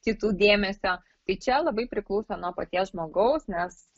kitų dėmesio tai čia labai priklauso nuo paties žmogaus nes